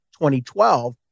2012